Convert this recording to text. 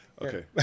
Okay